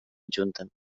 adjunta